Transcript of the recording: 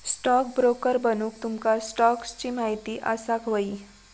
stockbroker बनूक तुमका स्टॉक्सची महिती असाक व्हयी